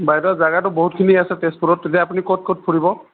বাইদেউ জাগাটো বহুতখিনি আছে তেজপুৰত এতিয়া আপুনি ক'ত ক'ত ফুৰিব